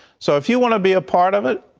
so if you want to be a part of it,